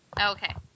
Okay